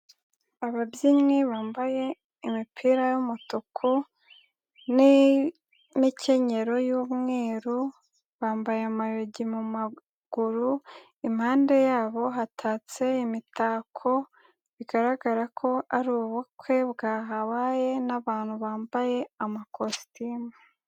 Ababyinnyi bambaye imipira y'umutuku n'imikenyero y'umweru, bambaye amayugi mu maguru impande yabo hatatse imitako bigaragara ko ari ubukwe bwahabaye n'abantu bambaye amakositimu.